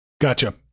Gotcha